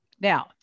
Now